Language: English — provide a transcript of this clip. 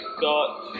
Got